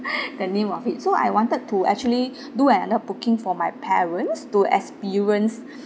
the name of it so I wanted to actually do another booking for my parents to experience